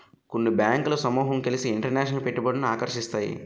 కొన్ని బ్యాంకులు సమూహం కలిసి ఇంటర్నేషనల్ పెట్టుబడులను ఆకర్షిస్తాయి